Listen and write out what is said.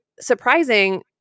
surprising